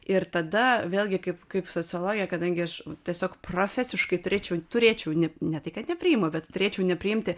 ir tada vėlgi kaip kaip sociologė kadangi aš tiesiog profesiškai turėčiau turėčiau ne ne tai kad nepriimu bet turėčiau nepriimti